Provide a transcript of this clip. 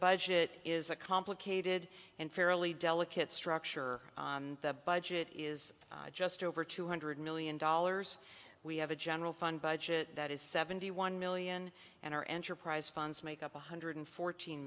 budget is a complicated and fairly delicate structure the budget is just over two hundred million dollars we have a general fund budget that is seventy one million and our enterprise funds make up one hundred fourteen